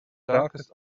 darkest